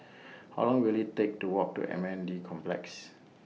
How Long Will IT Take to Walk to M N D Complex